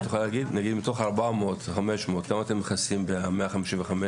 מתוך 400 - 500, כמה אתם מכסים ב-155?